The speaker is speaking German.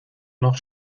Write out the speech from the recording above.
noch